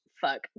fuck